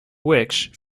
which